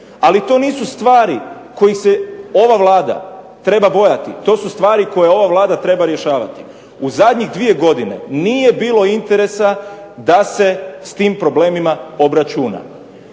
Ali to nisu stvari kojih se ova Vlada treba bojati. To su stvari koje ova Vlada treba rješavati. U zadnjih 2 godine nije bilo interesa da se s tim problemima obračuna.